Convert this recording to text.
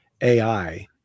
AI